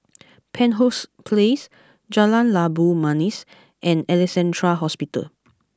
Penshurst Place Jalan Labu Manis and Alexandra Hospital